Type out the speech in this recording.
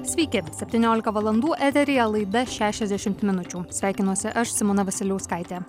sveiki septyniolika valandų eteryje laida šešiasdešim minučių sveikinuosi aš simona vasiliauskaitė